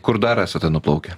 kur dar esate nuplaukę